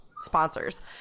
sponsors